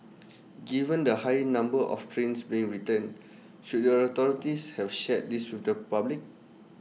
given the high number of trains being returned should the authorities have shared this with the public